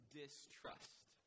distrust